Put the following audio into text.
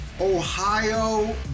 Ohio